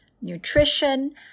nutrition